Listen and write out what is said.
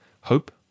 Hope